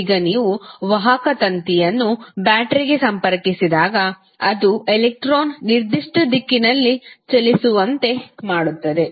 ಈಗ ನೀವು ವಾಹಕ ತಂತಿಯನ್ನು ಬ್ಯಾಟರಿಗೆ ಸಂಪರ್ಕಿಸಿದಾಗ ಅದು ಎಲೆಕ್ಟ್ರಾನ್ ನಿರ್ದಿಷ್ಟ ದಿಕ್ಕಿನಲ್ಲಿ ಚಲಿಸುವಂತೆ ಮಾಡುತ್ತದೆ